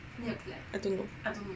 no I don't know